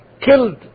killed